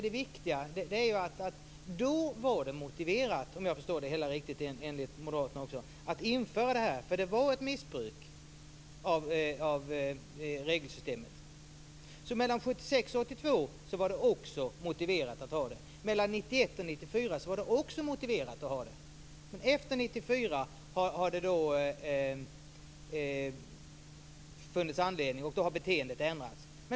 Det viktiga är att det då var motiverat att införa stoppregler eftersom det förekom ett missbruk av regelsystemet. Också mellan 1976 och 1982, mellan 1991 och 1994 var det motiverat med sådana regler. Men efter 1994 har beteendet ändrats.